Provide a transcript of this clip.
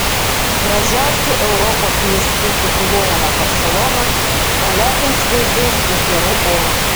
gražiausiu europos miestu tituluojama barselona palepins vaizdais ir geru oru